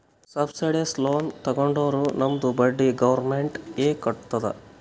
subsidised loan ತಗೊಂಡುರ್ ನಮ್ದು ಬಡ್ಡಿ ಗೌರ್ಮೆಂಟ್ ಎ ಕಟ್ಟತ್ತುದ್